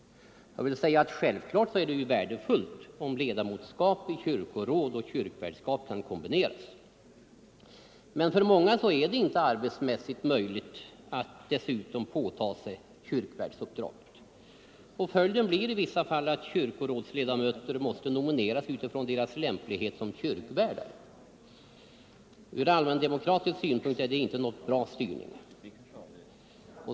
Självfallet är det värdefullt om ledamotskap i kyrkoråd och kyrkvärdskap kan kombineras. Men för många kyrkorådsledamöter är det inte arbetsmässigt möjligt att dessutom påtaga sig kyrkvärdsuppdraget. Följden blir i vissa fall att kyrkorådsledamöter måste nomineras utifrån sin lämplighet som kyrkvärdar. Ur allmändemokratisk synpunkt är detta inte någon bra styrning.